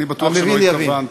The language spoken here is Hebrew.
אני בטוח שלא התכוונת,